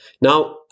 now